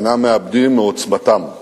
אינם מאבדים מעוצמתם.